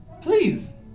Please